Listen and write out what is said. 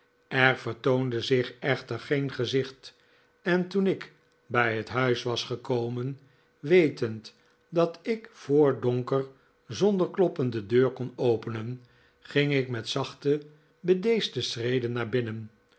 er vertoonde zich echter geen gezicht en toen ik bij het huis was gekomen wetend dat ik voor donker zonder kloppen de deur kon openen ging ik met zachte bedeesde schreden naar binnen